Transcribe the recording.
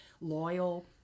loyal